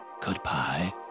goodbye